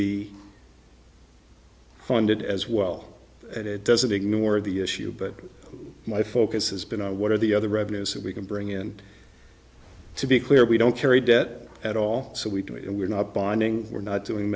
be funded as well and it doesn't ignore the issue but my focus has been on what are the other avenues that we can bring in to be clear we don't carry debt at all so we do it and we're not binding we're not doing